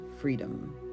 freedom